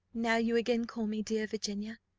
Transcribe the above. now you again call me dear virginia.